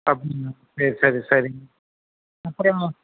அப்படிங்களா சரி சரி சரிங்க அப்புறம்